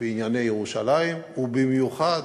בענייני ירושלים, ובמיוחד